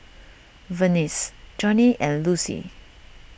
Vernice Jonnie and Lucie